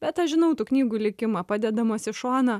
bet aš žinau tų knygų likimą padedamos į šoną